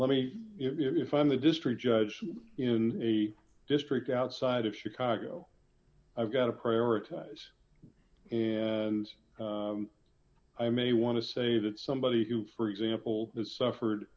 let me if i'm a district judge in a district outside of chicago i've got to prioritize and i may want to say that somebody who for example has suffered